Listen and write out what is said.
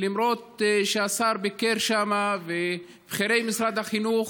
למרות שהשר ביקר שם ובכירי משרד החינוך,